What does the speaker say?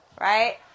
right